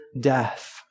death